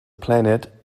planet